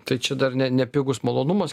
tai čia dar ne nepigus malonumas